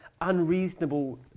unreasonable